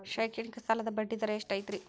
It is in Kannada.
ಶೈಕ್ಷಣಿಕ ಸಾಲದ ಬಡ್ಡಿ ದರ ಎಷ್ಟು ಐತ್ರಿ?